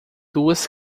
duas